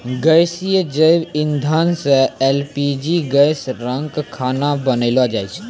गैसीय जैव इंधन सँ एल.पी.जी गैस रंका खाना बनैलो जाय छै?